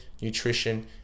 nutrition